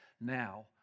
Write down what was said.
Now